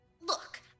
look